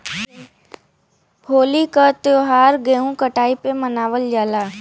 होली क त्यौहार गेंहू कटाई पे मनावल जाला